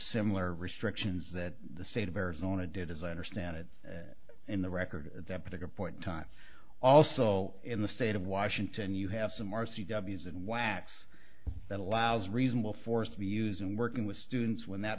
similar restrictions that the state of arizona did as i understand it in the record at that particular point in time also in the state of washington you have some r c w s and wax that allows reasonable force to be used and working with students when that